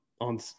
on